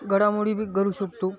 घडामोडी बी करू शकतो